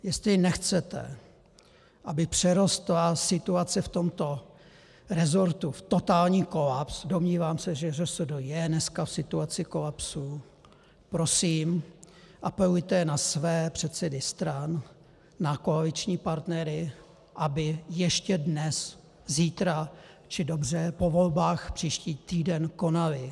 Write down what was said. Jestli nechcete, aby přerostla situace v tomto rezortu v totální kolaps, domnívám se, že ŘSD je dneska v situaci kolapsu, prosím, apelujte na své předsedy stran, na koaliční partnery, aby ještě dnes, zítra, či dobře, po volbách příští týden konali.